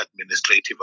administrative